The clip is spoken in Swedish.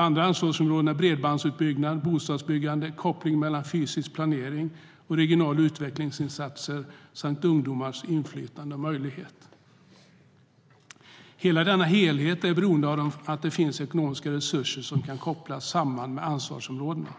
Andra ansvarsområden är bredbandsutbyggnad, bostadsbyggande, koppling mellan fysisk planering och regionala utvecklingsinsatser samt ungdomars inflytande och möjligheter. Denna helhet är beroende av att det finns ekonomiska resurser som kan kopplas samman med ansvarsområdena.